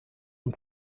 und